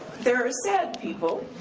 there are sad people,